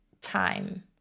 time